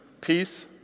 peace